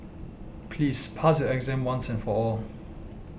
please pass your exam once and for all